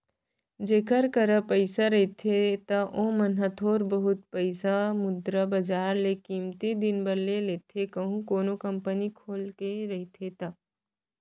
जेखर करा पइसा रहिथे त ओमन ह थोर बहुत ही पइसा मुद्रा बजार ले कमती दिन बर ले लेथे कहूं कोनो कंपनी खोले के रहिथे ता